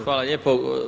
Hvala lijepo.